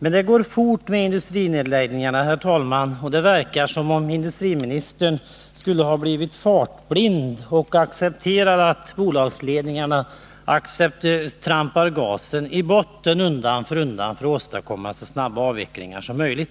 Men det går fort med industrinedläggningarna, herr talman, och det verkar som om industriministern skulle ha blivit fartblind och accepterar att bolagsledningarna trampar gasen i botten undan för undan för att åstadkomma så snabba avvecklingar som möjligt.